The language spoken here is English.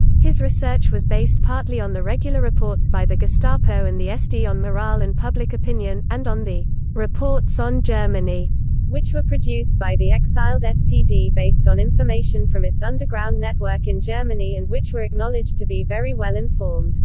his research was based partly on the regular reports by the gestapo and the sd on morale and public opinion, and on the reports on germany which were produced by the exiled spd based on information from its underground network in germany and which were acknowledged to be very well informed